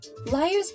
Liars